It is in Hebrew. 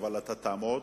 אבל אתה תעמוד